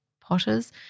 Potters